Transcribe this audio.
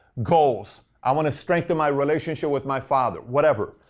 goals, i want to strengthen my relationship with my father. whatever.